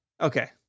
Okay